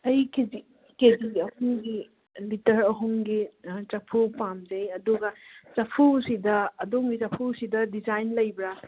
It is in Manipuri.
ꯑꯩ ꯀꯦ ꯖꯤ ꯑꯍꯨꯝꯒꯤ ꯂꯤꯇꯔ ꯑꯍꯨꯝꯒꯤ ꯆꯐꯨ ꯄꯥꯝꯖꯩ ꯑꯗꯨꯒ ꯆꯐꯨꯁꯤꯗ ꯑꯗꯣꯝꯒꯤ ꯆꯐꯨꯁꯤꯗ ꯗꯤꯖꯥꯏꯟ ꯂꯩꯕ꯭ꯔꯥ